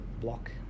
block